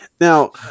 Now